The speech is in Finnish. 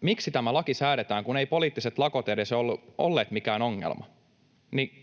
miksi tämä laki säädetään, kun eivät poliittiset lakot edes ole olleet mikään ongelma.